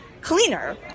cleaner